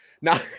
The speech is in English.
now